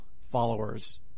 followers